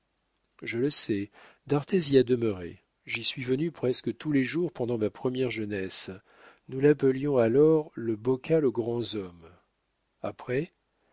je le sais d'arthez y a demeuré j'y suis venu presque tous les jours pendant ma première jeunesse nous l'appelions alors le bocal aux grands hommes après